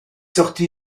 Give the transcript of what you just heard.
sorti